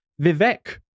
Vivek